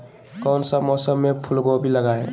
कौन सा मौसम में फूलगोभी लगाए?